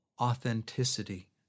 authenticity